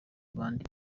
abandi